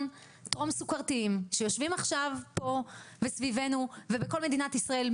טרום סוכרתיים שיושבים עכשיו פה וסביבנו ובכל מדינת ישראל,